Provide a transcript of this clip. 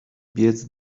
biec